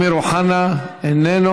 חבר הכנסת אמיר אוחנה, איננו.